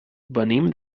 venim